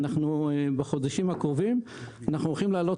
בחודשים הקרובים אנחנו עומדים להעלות